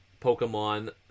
Pokemon